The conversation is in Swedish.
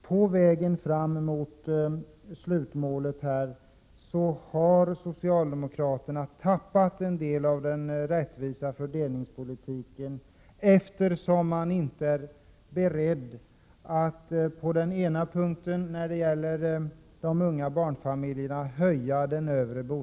På vägen fram mot slutmålet har socialdemokraterna tappat en del av den rättvisa fördelningspolitiken, eftersom man inte är beredd att höja den övre bostadskostnadsgränsen för de unga barnfamiljerna.